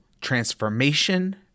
Transformation